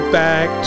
back